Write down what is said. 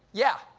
yeah,